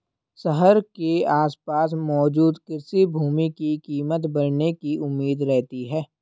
शहर के आसपास मौजूद कृषि भूमि की कीमत बढ़ने की उम्मीद रहती है